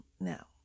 Now